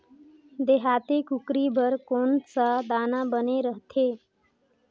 देहाती कुकरी बर कौन सा दाना बने रथे?